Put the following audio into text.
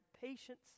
patience